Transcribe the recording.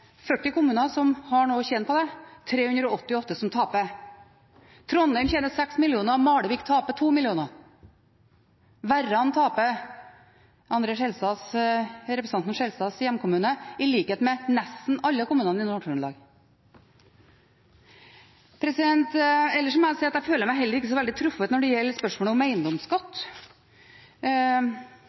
40 kommuner som har noe å tjene på det, og 388 som taper. Trondheim tjener 6 mill. kr og Malvik taper 2 mill. kr. Representanten Skjelstads hjemkommune, Verran, taper – i likhet med nesten alle kommunene i Nord-Trøndelag. Jeg føler meg heller ikke så veldig truffet når det gjelder spørsmålet om eiendomsskatt